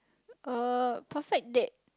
ah perfect date